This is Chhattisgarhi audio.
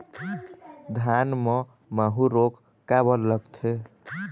धान म माहू रोग काबर लगथे?